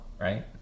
right